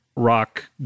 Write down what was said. Rock